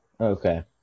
Okay